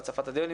על הצפת הדיון.